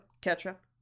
ketchup